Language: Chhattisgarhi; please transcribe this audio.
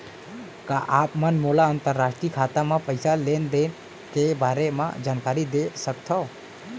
का आप मन मोला अंतरराष्ट्रीय खाता म पइसा लेन देन के बारे म जानकारी दे सकथव?